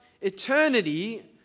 eternity